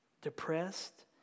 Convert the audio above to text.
Depressed